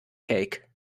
cake